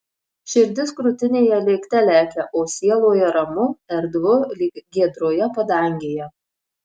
širdis krūtinėje lėkte lekia o sieloje ramu erdvu lyg giedroje padangėje